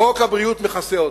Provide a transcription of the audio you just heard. חוק הבריאות מכסה אותו.